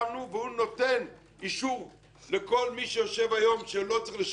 והוא נותן אישור לכל מי שיושב היום שלא צריך לשלם,